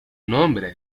nombre